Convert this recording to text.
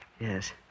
Yes